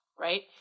right